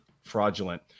fraudulent